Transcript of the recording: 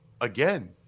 again